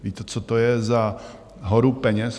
Víte, co to je za horu peněz?